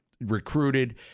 recruited